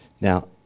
Now